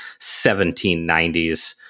1790s